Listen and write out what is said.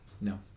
No